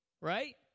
Right